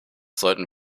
sollten